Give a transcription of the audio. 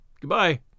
Goodbye